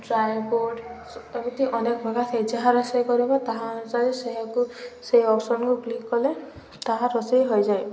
ଏମତି ଅନେକ ପ୍ରକାର ସେ ଯାହା ରୋଷେଇ କରିବ ତାହା ଅନୁସାରେ ସେଆକୁ ସେଇ ଅପସନ୍କୁ କ୍ଲିକ୍ କଲେ ତାହା ରୋଷେଇ ହୋଇଯାଏ